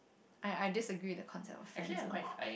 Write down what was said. I I disagree with the concept of friendzone